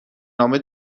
نامه